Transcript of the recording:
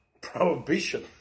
Prohibition